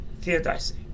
theodicy